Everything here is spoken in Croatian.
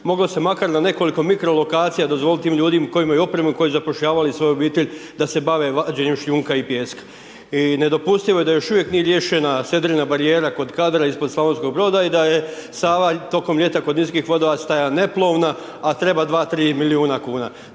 moglo se makar na nekoliko mikro lokacija dozvolit tim ljudima koji imaju opremu i koji su zapošljavali svoje obitelji da se bave vađenjem šljunka i pijeska. I nedopustivo je da još uvijek nije riješena sedrena barijera kod Kadra ispod Slavonskog Broda i da je Sava tokom ljeta kod niskih vodova stajala neplovna, a trema 2, 3 milijuna kuna,